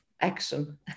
action